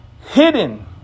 hidden